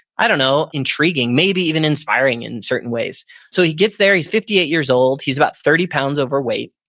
i don't know intriguing, maybe even inspiring in certain ways so he gets there. he's fifty eight years old. he's about thirty pounds overweight.